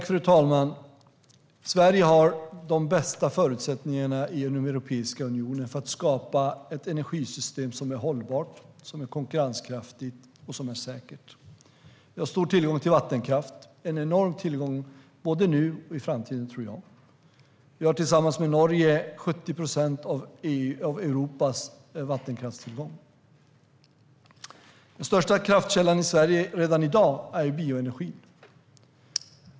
Fru talman! Sverige har de bästa förutsättningarna inom Europeiska unionen för att skapa ett energisystem som är hållbart, konkurrenskraftigt och säkert. Vi har stor tillgång till vattenkraft, en enorm tillgång både nu och i framtiden, tror jag. Vi har tillsammans med Norge 70 procent av Europas vattenkraftstillgångar. Den största kraftkällan i Sverige redan i dag är bioenergi.